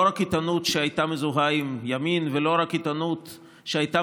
לא רק בעיתונות שהייתה מזוהה עם ימין ולא רק בעיתונות שהייתה